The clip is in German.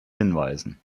hinweisen